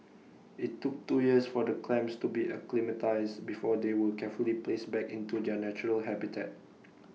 IT took two years for the clams to be acclimatised before they were carefully placed back into their natural habitat